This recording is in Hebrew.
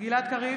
גלעד קריב,